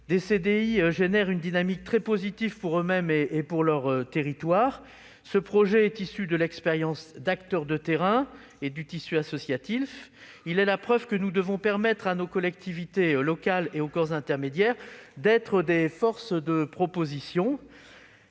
des CDI crée une dynamique très positive pour eux-mêmes et pour leur territoire. Ce projet est issu de l'expérience d'acteurs de terrain et du tissu associatif. Il est la preuve que nous devons permettre à nos collectivités locales et aux corps intermédiaires d'être forces de proposition